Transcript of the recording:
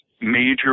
major